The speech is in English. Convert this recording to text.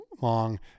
long